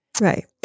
Right